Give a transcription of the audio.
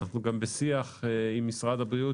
אנחנו גם בשיח עם משרד הבריאות,